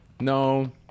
No